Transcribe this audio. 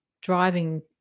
driving